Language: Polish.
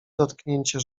dotknięcie